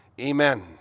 Amen